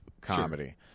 comedy